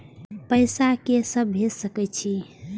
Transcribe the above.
पैसा के से भेज सके छी?